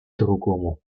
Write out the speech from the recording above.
другому